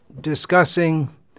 discussing